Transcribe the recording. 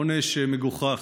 עונש מגוחך.